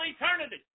eternity